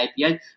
IPL